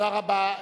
תודה רבה.